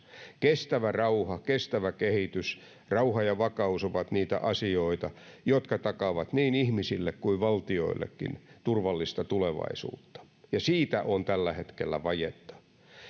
kestävä rauha kestävä kehitys rauha ja vakaus ovat niitä asioita jotka takaavat niin ihmisille kuin valtioillekin turvallista tulevaisuutta ja siitä on tällä hetkellä vajetta